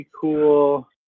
cool